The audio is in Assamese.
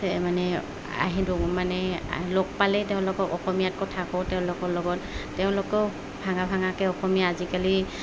মানে আহ দি মানে লগ পালে তেওঁলোকক অসমীয়াতকো থাকোঁ তেওঁলোকৰ লগত তেওঁলোকেও ভাঙা ভাঙাকৈ অসমীয়া আজিকালি